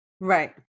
right